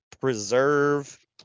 preserve